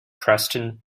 preston